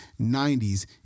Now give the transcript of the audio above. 90s